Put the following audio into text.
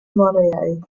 moreau